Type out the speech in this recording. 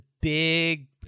big